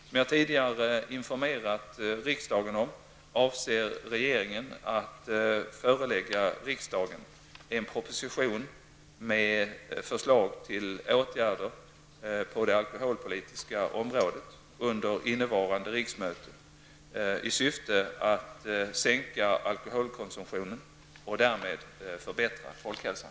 Som jag tidigare informerat riksdagen om avser regeringen att förelägga riksdagen en proposition med förslag till åtgärder på det alkoholpolitiska området under innevarande riksmöte i syfte att sänka alkoholkonsumtionen och därmed förbättra folkhälsan.